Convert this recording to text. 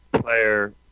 player